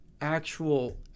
actual